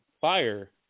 fire